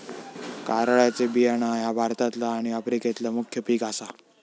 कारळ्याचे बियाणा ह्या भारतातला आणि आफ्रिकेतला मुख्य पिक आसा